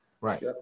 Right